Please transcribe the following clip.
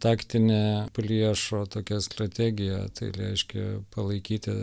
taktinė priešo tokia strategija tai reiškia palaikyti